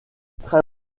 très